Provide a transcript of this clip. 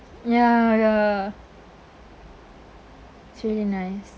ya ya it's really nice